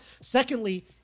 Secondly